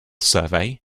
survey